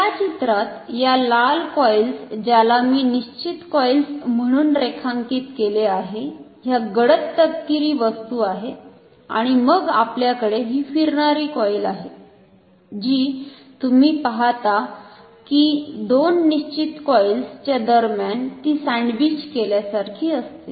तर या चित्रात या लाल कॉइल्स ज्याला मी निश्चित कॉइल्स म्हणून रेखांकित केले आहे ह्या गडद तपकिरी वस्तु आहेत आणि मग आपल्याकडे ही फिरणारी कॉईल आहे जी तुम्ही पाहता की दोन निश्चित कॉइल्स च्या दरम्यान ती सँडविच केल्यासारखी असते